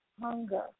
Hunger